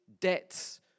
debts